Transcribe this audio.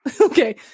okay